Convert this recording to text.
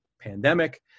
pandemic